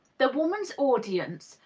the woman's audience,